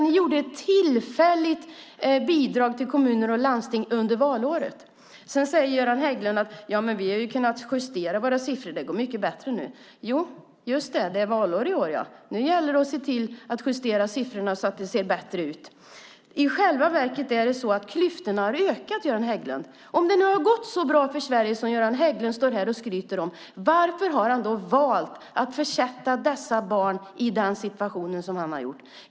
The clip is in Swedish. Ni gav ett tillfälligt bidrag till kommuner och landsting under valåret. Sedan säger Göran Hägglund: Ja, men vi har kunnat justera våra siffror. Det går mycket bättre nu. Jo, just det, det är valår i år. Nu gäller det att se till att justera siffrorna så att det ser bättre ut. I själva verket har klyftorna ökat, Göran Hägglund. Om det nu har gått så bra för Sverige som Göran Hägglund står här och skryter om undrar jag: Varför har han valt att försätta dessa barn i den situation som han har gjort?